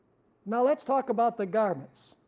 now let's talk about the garments.